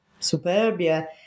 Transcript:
superbia